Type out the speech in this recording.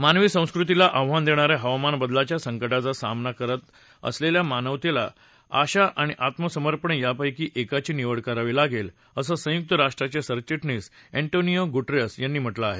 मानवी संस्कृतीला आव्हान देणाऱ्या हवामान बदलाच्या संकटाचा सामना करत असलेल्या मानवतेला आशा आणि आत्मसमर्पण यापैकी एकाची निवड करावी लागेल असं संयुक्त राष्ट्राचे सरघिटणीस अँटोनियो गुटेरस यांनी म्हटलं आहे